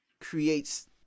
creates